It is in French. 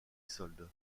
solde